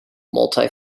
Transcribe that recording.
multi